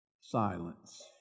silence